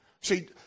See